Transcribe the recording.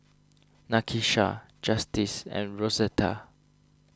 Nakisha Justice and Rosetta